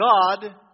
God